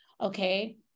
okay